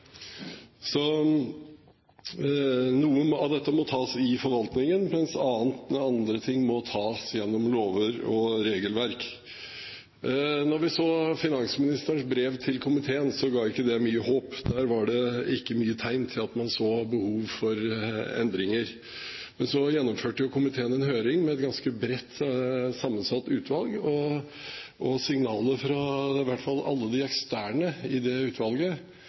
Så noe av dette må tas i forvaltningen, mens andre ting må tas gjennom lover og regelverk. Da vi så finansministerens brev til komiteen, ga ikke det mye håp. Der var det ikke mye tegn til at man så behov for endringer. Men så gjennomførte komiteen en høring med et ganske bredt sammensatt utvalg, og signaler fra i hvert fall alle de eksterne i det utvalget